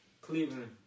Cleveland